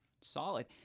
Solid